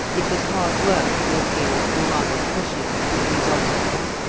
it was hard work walking, or rather pushing through these obstacles,